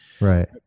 right